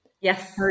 Yes